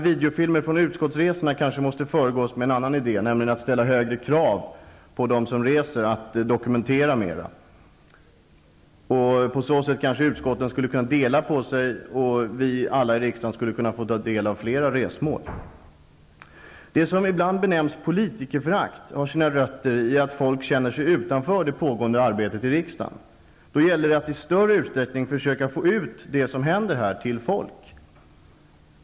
Videofilmer från utskottsresor måste kanske föregås av en annan idé, nämligen att ställa högre krav på dem som reser att lämna mer dokumentation. Kanske utskotten kunde dela på sig vid resorna, och alla i riksdagen skulle få del av fler resmål. Det som ibland benämns politikerförakt har sina rötter i att folk känner sig utanför det pågående arbetet i riksdagen. Det gäller att i större utsträckning försöka förmedla vad som händer här till folk.